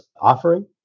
offering